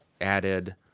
added